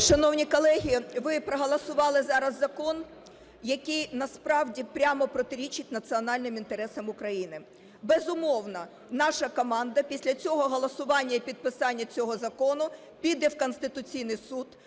Шановні колеги, ви проголосували зараз закон, який насправді прямо протирічить національним інтересам України. Безумовно, наша команда після цього голосування і підписання цього закону піде в Конституційний Суд,